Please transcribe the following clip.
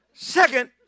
Second